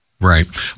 Right